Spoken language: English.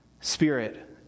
spirit